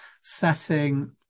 setting